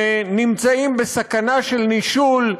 שנמצאים בסכנה של נישול,